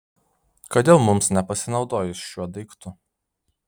kodėl mums nepasinaudojus šiuo daiktu